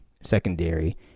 secondary